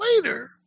later